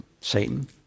Satan